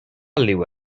liw